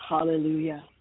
Hallelujah